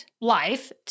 life